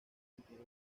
enteró